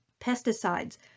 Pesticides